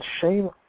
shame